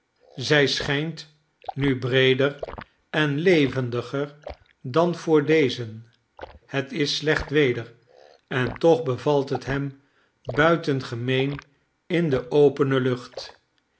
zij schijnt nu breeder en levendiger dan voordezen het is slecht weder en toch bevalt het hem buitengemeen in de opene lucht